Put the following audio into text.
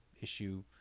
issue